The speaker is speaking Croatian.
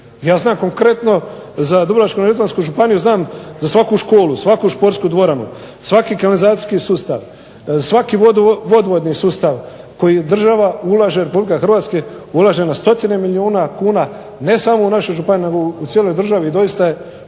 Ja znam konkretno za Dubrovačko-neretvansku županiju, znam za svaku školu, svaku športsku dvoranu, svaki kanalizacijski sustav, svaki vodovodni sustav u koji država ulaže Republike Hrvatske ulaže na stotine milijuna kuna ne samo u našu županiju nego u cijeloj državi i doista je